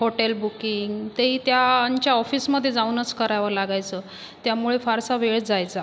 hotel booking तेही त्यांच्या ऑफिसमध्ये जाऊनच करावं लागायचं त्यामुळे फारसा वेळ जायचा